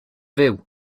fyw